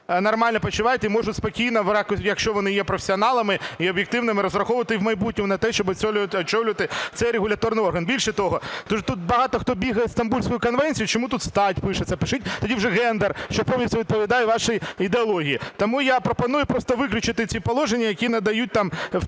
нормально почувають і можуть спокійно, якщо вони є професіоналами і об'єктивними, розраховувати і в майбутньому на те, щоб очолювати цей регуляторний орган. Більше того, тут багато хто бігає зі Стамбульською конвенцією. Чому тут стать пишеться? Пишіть тоді вже "гендер", що повністю відповідає вашій ідеології. Тому я пропоную просто виключити ці положення, які надають там, включають